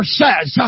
says